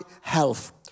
health